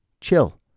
Chill